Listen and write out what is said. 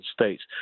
states